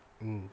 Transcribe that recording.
mm